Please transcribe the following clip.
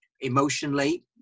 emotionally